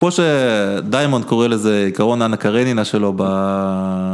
פה שדיימונד קורא לזה עיקרון אנה קרנינה שלו